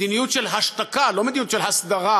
מדיניות של השתקה, לא מדיניות של הסדרה.